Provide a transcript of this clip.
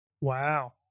Wow